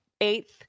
eighth